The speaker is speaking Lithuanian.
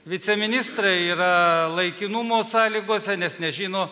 viceministrai yra laikinumo sąlygose nes nežino